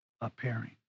appearing